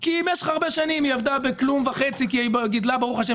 כי הרבה שנים היא עבדה בכלום וחצי כי גידלה ברוך השם